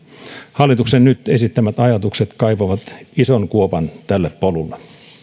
hallituksen nyt esittämät ajatukset kaivavat ison kuopan tälle polulle